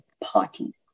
party